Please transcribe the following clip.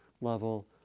level